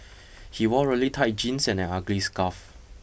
he wore really tight jeans and an ugly scarf